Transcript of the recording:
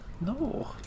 No